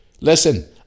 Listen